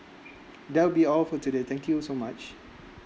that will be all for today thank you so much